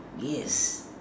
yes